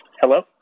Hello